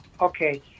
okay